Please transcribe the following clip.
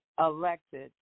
elected